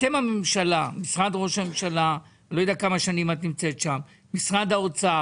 אתם בממשלה משרד ראש הממשלה, משרד האוצר,